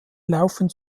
laufen